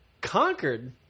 conquered